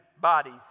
bodies